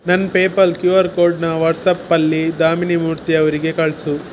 ನನ್ನ PayPal Q R ಕೋಡನ್ನು ವಾಟ್ಸ್ಯಾಪ್ಪಲ್ಲಿ ದಾಮಿನಿ ಮೂರ್ತಿ ಅವರಿಗೆ ಕಳಿಸು